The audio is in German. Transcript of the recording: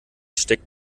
steckt